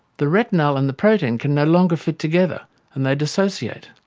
the retinal and the protein can no longer fit together and they dissociate.